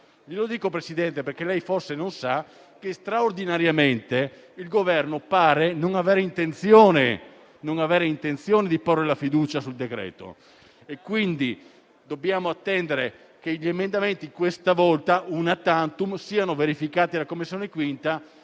signora Presidente, perché lei forse non sa che straordinariamente il Governo pare non avere intenzione di porre la fiducia sul provvedimento, quindi dobbiamo attendere che gli emendamenti questa volta, *una tantum,* siano verificati dalla 5a Commissione per